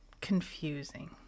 confusing